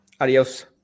Adios